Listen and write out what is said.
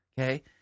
okay